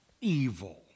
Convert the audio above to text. evil